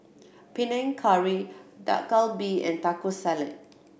Panang Curry Dak Galbi and Taco Salad